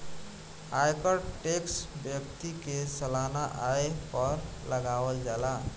आयकर टैक्स व्यक्ति के सालाना आय पर लागावल जाला